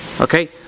Okay